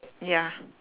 ya